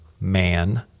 man